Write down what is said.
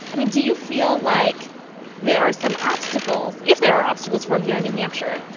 i mean, do you feel like there are some obstacles if there are obstacles for him here in new hampshire?